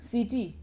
City